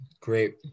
great